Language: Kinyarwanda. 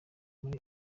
kuri